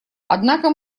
однако